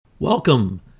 Welcome